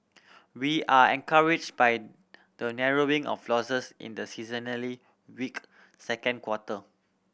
we are encouraged by the narrowing of losses in the seasonally weak second quarter